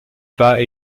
pas